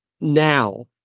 now